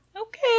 Okay